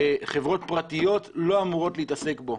חברות פרטיות לא אמורות להתעסק בו,